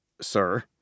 sir